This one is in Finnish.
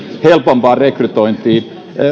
helpompaan rekrytointiin